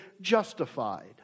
justified